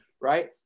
right